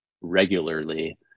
regularly